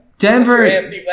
Denver